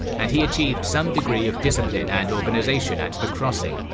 and he achieved some degree of discipline and organization at the crossing,